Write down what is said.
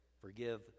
Forgive